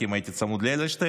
לפרקים הייתי צמוד לאדלשטיין.